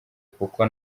kuko